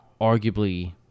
arguably